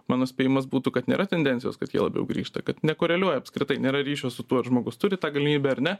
mano spėjimas būtų kad nėra tendencijos kad jie labiau grįžta kad nekoreliuoja apskritai nėra ryšio su tuo ar žmogus turi tą galimybę ar ne